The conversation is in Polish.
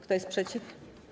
Kto jest przeciw?